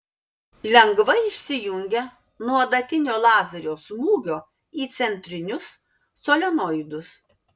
lengvai išsijungia nuo adatinio lazerio smūgio į centrinius solenoidus